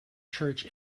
church